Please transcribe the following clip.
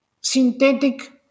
synthetic